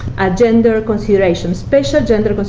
a gender considerations special gender but